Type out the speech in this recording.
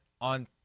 on